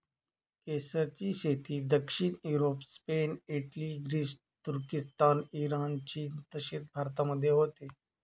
केसरची शेती दक्षिण युरोप, स्पेन, इटली, ग्रीस, तुर्किस्तान, इराण, चीन तसेच भारतामध्ये होते